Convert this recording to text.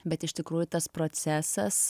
bet iš tikrųjų tas procesas